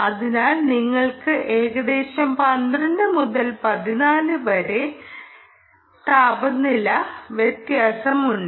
അതിനാൽ നിങ്ങൾക്ക് ഏകദേശം 12 മുതൽ 14 വരെ ∆t താപനില വ്യത്യാസമുണ്ട്